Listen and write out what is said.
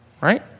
right